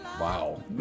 Wow